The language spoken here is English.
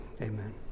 amen